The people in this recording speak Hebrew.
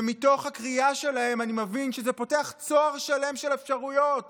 שמתוך הקריאה שלהם אני מבין שזה פותח צוהר שלם של אפשרויות